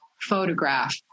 photograph